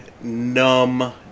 numb